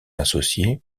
associé